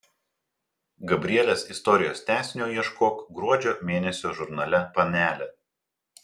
gabrielės istorijos tęsinio ieškok gruodžio mėnesio žurnale panelė